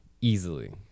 Easily